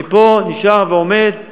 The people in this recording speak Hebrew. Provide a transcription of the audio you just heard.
אני פה נשאר ועומד ומוכן לענות לכולם.